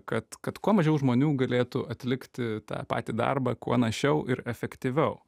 kad kad kuo mažiau žmonių galėtų atlikti tą patį darbą kuo našiau ir efektyviau